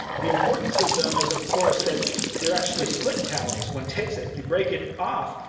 the importance of them is, of course, that they're actually split tallies. one takes it. you break it off,